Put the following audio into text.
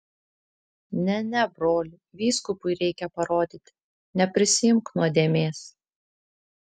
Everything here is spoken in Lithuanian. ne ne broli vyskupui reikia parodyti neprisiimk nuodėmės